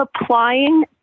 applying